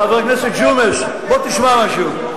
חבר הכנסת ג'ומס, בוא תשמע משהו.